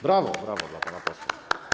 Brawo, brawo dla pana posła.